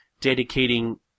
dedicating